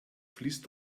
fließt